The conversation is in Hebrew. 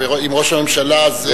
אם ראש הממשלה הזה,